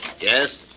Yes